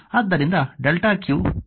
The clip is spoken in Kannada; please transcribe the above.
ಆದ್ದರಿಂದ ಡೆಲ್ಟಾ q